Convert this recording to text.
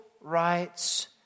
rights